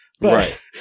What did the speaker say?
Right